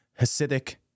Hasidic